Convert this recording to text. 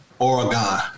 Oregon